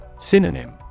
Synonym